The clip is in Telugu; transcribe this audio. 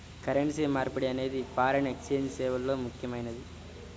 కరెన్సీ మార్పిడి అనేది ఫారిన్ ఎక్స్ఛేంజ్ సేవల్లో ముఖ్యమైనది